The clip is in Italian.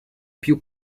più